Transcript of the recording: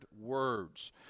words